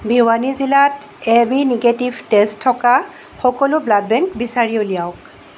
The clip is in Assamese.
ভিৱানী জিলাত এবি নিগেটিভ তেজ থকা সকলো ব্লাড বেংক বিচাৰি উলিয়াওক